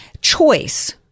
choice